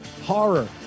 horror